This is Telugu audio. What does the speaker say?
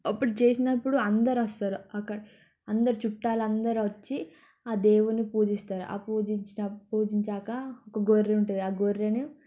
అప్పుడు చేసినప్పుడు అందరు వస్తారు అక్క అందరు చుట్టాలు అందరూ వచ్చి ఆ దేవున్ని పూజిస్తారు పూజించిన పూజించాకా ఒక గొర్రె ఉంటుంది ఆ గొర్రెను